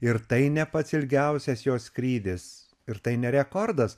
ir tai ne pats ilgiausias jo skrydis ir tai ne rekordas